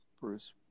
Bruce